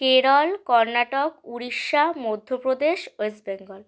Kerala Karnataka Orissa Madhya Pradesh West Bengal